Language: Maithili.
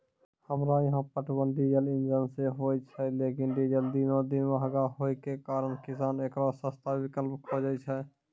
हमरा यहाँ पटवन डीजल इंजन से होय छैय लेकिन डीजल दिनों दिन महंगा होय के कारण किसान एकरो सस्ता विकल्प खोजे छैय?